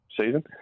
season